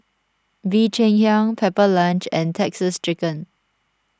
Bee Cheng Hiang Pepper Lunch and Texas Chicken